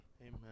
Amen